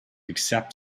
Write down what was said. except